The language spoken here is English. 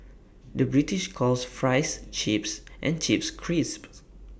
the British calls Fries Chips and Chips Crisps